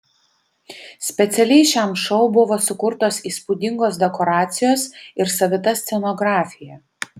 specialiai šiam šou buvo sukurtos įspūdingos dekoracijos ir savita scenografija